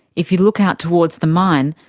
if you look out towards the mine,